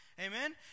Amen